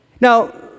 Now